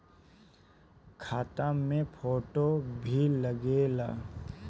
खाता मे फोटो भी लागे ला?